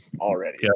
already